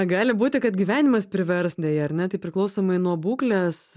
gali būti kad gyvenimas privers deja ar ne tai priklausomai nuo būklės